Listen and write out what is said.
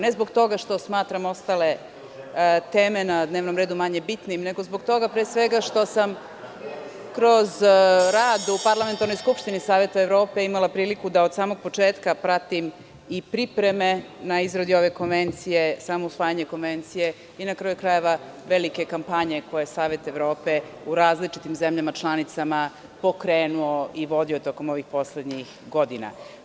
Ne zbog toga što ostale teme na dnevnom redu smatram manje bitnim, nego pre svega zbog toga što sam kroz rad u Parlamentarnoj skupštini Saveta Evrope imala priliku da od samog početka pratim i pripreme na izradi ove konvencije, samo usvajanje konvencije i na kraju krajeva velike kampanje koje Savet Evrope u različitim zemljama članicama je pokrenuo i vodio tokom ovih poslednjih godina.